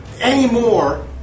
anymore